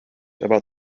about